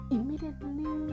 Immediately